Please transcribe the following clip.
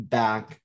back